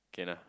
okay nah